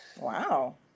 wow